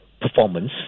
performance